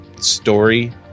story